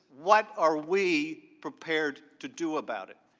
what are we prepared to do about it?